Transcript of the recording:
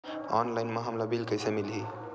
Online म हमला bill कइसे मिलही?